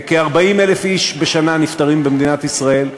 כ-40,000 איש נפטרים במדינת ישראל בשנה,